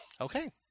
Okay